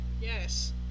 Yes